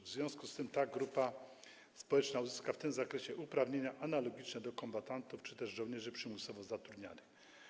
W związku z tym ta grupa społeczna uzyska w tym zakresie uprawnienia analogiczne do uprawnień kombatantów czy też żołnierzy przymusowo zatrudnianych.